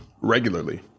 regularly